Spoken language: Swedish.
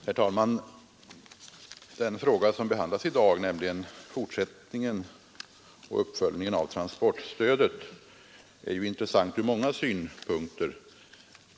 Herr talman! Den fråga som behandlas i dag, nämligen fortsättningen och uppföljningen av transportstödet, är intressant ur många synpunkter.